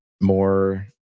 more